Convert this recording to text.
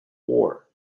war